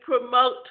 promote